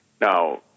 Now